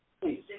Please